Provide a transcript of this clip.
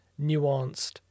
nuanced